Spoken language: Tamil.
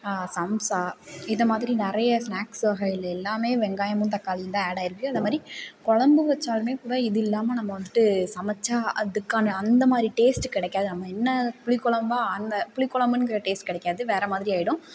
சம்சா இந்த மாதிரி நிறையா ஸ்நாக்ஸ் வகையில் எல்லாமே வெங்காயமும் தக்காளியும்ந்தான் ஏடாகியிருக்கு அந்த மாதிரி குழம்பு வெச்சாலுமே கூட இது இல்லாமல் நாம வந்துட்டு சமைச்சா அதுக்கான அந்த மாதிரி டேஸ்ட்டு கிடைக்காது நம்ப என்ன புளிக்கொழம்பாக அந்த புளிக்கொழம்புங்கிற டேஸ்ட்டு கிடைக்காது வேறு மாதிரி ஆயிடும்